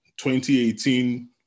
2018